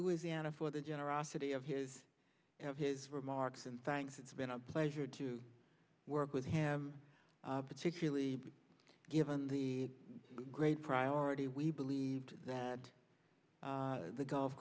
louisiana for the generosity of his of his remarks and thanks it's been a pleasure to work with him particularly given the great priority we believed that the golf